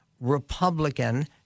republican